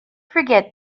forget